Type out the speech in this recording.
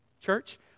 Church